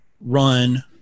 run